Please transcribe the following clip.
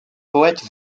poète